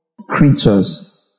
creatures